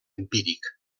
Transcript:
empíric